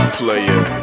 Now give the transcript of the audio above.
player